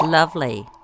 Lovely